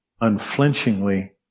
unflinchingly